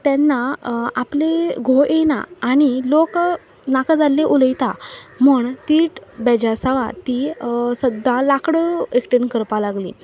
तेन्ना आपले घोव येयना आनी लोक नाका जाल्ले उलयता म्हूण ती बेजासावांत ती सद्दां लाकूड एकटेन करपाक लागली